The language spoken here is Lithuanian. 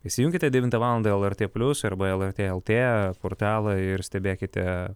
įsijunkite devintą valandą lrt plius arba lrt lt portalą ir stebėkite